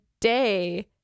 day